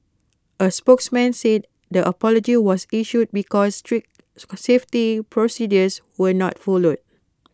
A spokesman said the apology was issued because strict safety procedures were not followed